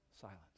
silence